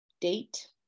date